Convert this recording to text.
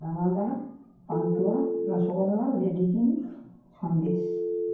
দানাদার পান্তুয়া রসগোল্লা লেডিকেনি সন্দেশ